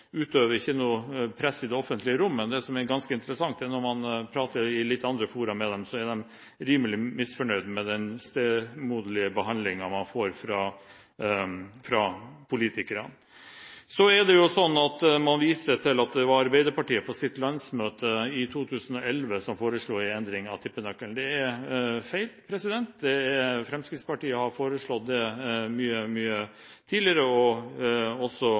utøver ikke noe press i det offentlige rom. Det som er ganske interessant, er at når man prater med dem i litt andre fora, så er de rimelig misfornøyde med den stemoderlige behandlingen de får fra politikerne. Man viser til at det var Arbeiderpartiet som på sitt landsmøte i 2011 først foreslo en endring av tippenøkkelen. Det er feil. Fremskrittspartiet har foreslått det mye, mye tidligere og også